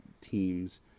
teams